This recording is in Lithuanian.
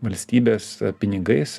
valstybės pinigais